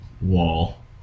wall